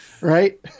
Right